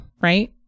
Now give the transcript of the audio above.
right